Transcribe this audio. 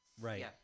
Right